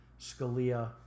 Scalia